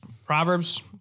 Proverbs